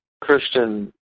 Christian